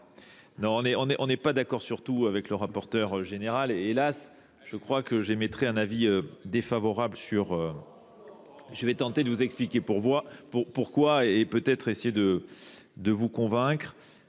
Non, on n'est pas d'accord sur tout avec le rapporteur général et hélas, je crois que j'émettrai un avis défavorable sur... Je vais tenter de vous expliquer pourquoi et peut-être essayer de vous convaincre.